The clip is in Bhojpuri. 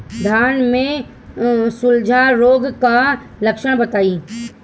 धान में झुलसा रोग क लक्षण बताई?